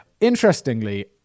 interestingly